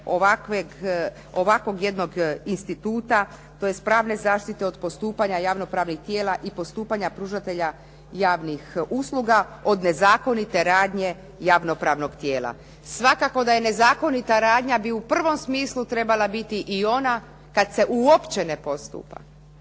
ovakvog jednog instituta tj. pravne zaštite od postupanja javno-pravnih tijela i postupanja pružatelja javnih usluga od nezakonite radnje javno-pravnog tijela. Svakako da nezakonita radnja bi u prvom smislu trebala biti i ona kad se uopće ne postupa.